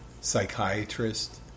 psychiatrist